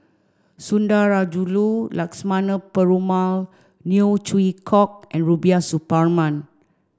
Sundarajulu Lakshmana Perumal Neo Chwee Kok and Rubiah Suparman